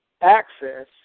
Access